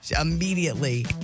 Immediately